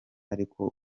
ariko